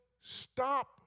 stop